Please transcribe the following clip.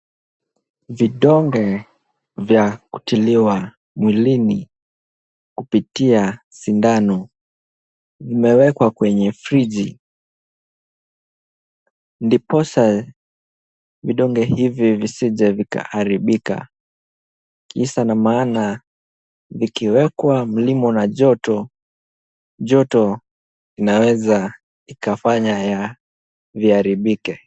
Vidonge vya kutiliwa mwilini kupitia sindano. Vimewekwa kwenye friji ,ndiposa vidonge hivyo visije vikaharibika. Kisa na maana vikiwekwa mlimo na joto , joto linaweza ikafanya viharibike.